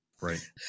Right